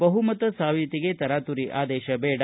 ಬಹುಮತ ಸಾಬೀತಿಗೆ ತರಾತುರಿ ಆದೇಶ ಬೇಡ